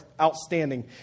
outstanding